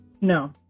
No